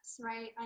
right